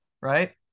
right